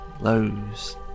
lows